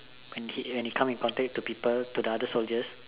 and hit and when it come in contact to people to the other soldiers